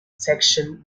section